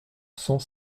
cent